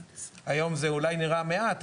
היום זה אולי נראה מעט,